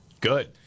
Good